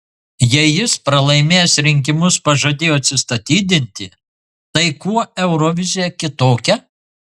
jei jis pralaimėjęs rinkimus pažadėjo atsistatydinti tai kuo eurovizija kitokia